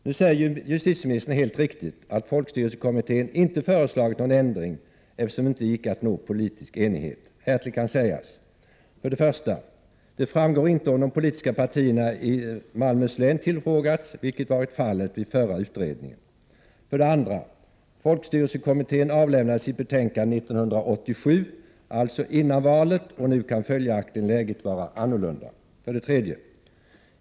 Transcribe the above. Nu säger justitieministern helt riktigt att folkstyrelsekommittén inte föreslagit någon ändring, eftersom det inte gick att nå politisk enighet. Härtill kan sägas: 1. Det framgår inte om de politiska partierna i Malmöhus län tillfrågats, vilket var fallet vid förra utredningen. senaste valet, och nu kan följaktligen läget vara annorlunda. 3.